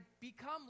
become